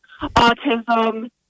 autism